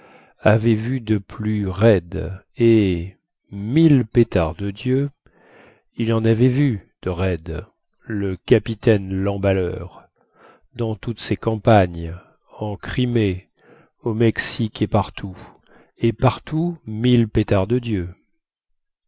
avait vu de plus raide et mille pétards de dieu il en avait vu de raides le capitaine lemballeur dans toutes ses campagnes en crimée au mexique et partout et partout mille pétards de dieu